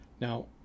Now